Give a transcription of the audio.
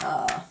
ah